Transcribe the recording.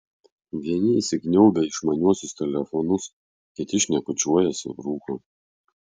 vieni įsikniaubę į išmaniuosius telefonus kiti šnekučiuojasi rūko